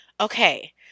okay